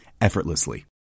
effortlessly